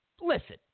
listen